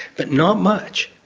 but not much.